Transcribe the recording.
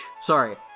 Sorry